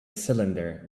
cylinder